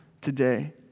today